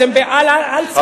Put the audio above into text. אתם באלצהיימר מתקדם.